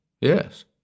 yes